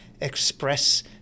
express